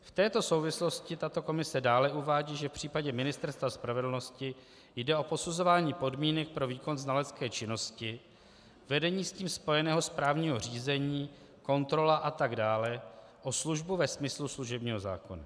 V této souvislosti tato komise dále uvádí, že v případě Ministerstva spravedlnosti jde o posuzování podmínek pro výkon znalecké činnosti, vedení s tím spojeného správního řízení, kontrola atd., o službu ve smyslu služebního zákona.